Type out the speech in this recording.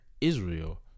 Israel